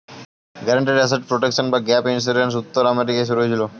guaranteed asset protection বা gap insurance উত্তর আমেরিকায় শুরু হয়েছিল